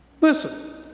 Listen